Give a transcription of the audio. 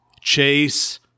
Chase